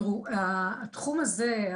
התחום הזה,